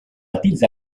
petits